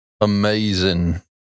amazing